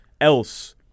Else